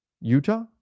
Utah